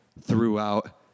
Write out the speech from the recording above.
throughout